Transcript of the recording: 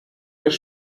des